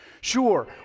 Sure